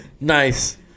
Nice